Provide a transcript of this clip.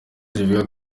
zivuga